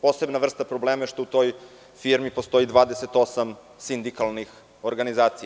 Posebna vrsta problema što u toj firmi postoji 28 sindikalnih organizacija.